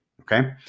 Okay